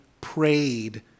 prayed